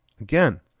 Again